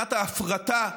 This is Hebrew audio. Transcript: מבחינת ההפרטה,